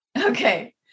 okay